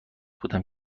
بودم